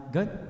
Good